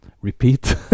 repeat